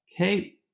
Okay